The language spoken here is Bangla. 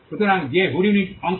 সুতরাং যে হুডুনিট অংশ